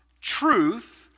truth